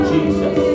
Jesus